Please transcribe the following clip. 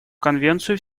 конвенцию